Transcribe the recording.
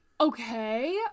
okay